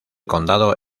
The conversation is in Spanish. condado